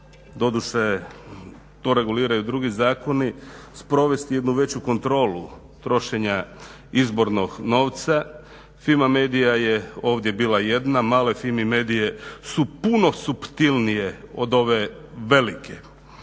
doduše to reguliraju drugi zakoni, sprovesti jednu veću kontrolu trošenja izbornog novca. Fimi media je ovdje bila jedna, male Fimi medie su puno suptilnije od ove velike.